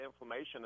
inflammation